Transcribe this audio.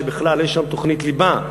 שבכלל אין שם תוכנית ליבה,